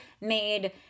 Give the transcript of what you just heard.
made